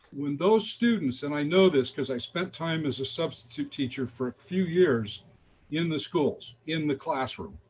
when those students and i know this because i spent time as a substitute teacher for a few years in the schools in the classroom.